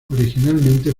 originalmente